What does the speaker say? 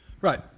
right